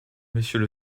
monsieur